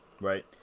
Right